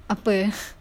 apa